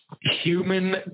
Human